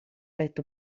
letto